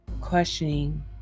questioning